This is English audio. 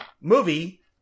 movie